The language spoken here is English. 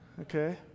Okay